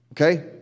okay